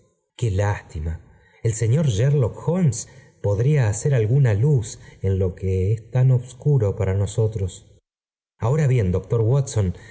qué lástima el señor sherlock holmes podría hacer alguna luz en lo que es tan obscuro pa ra nosotros ahora bien